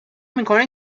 میکنی